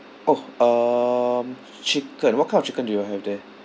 oh um chicken what kind of chicken do you have there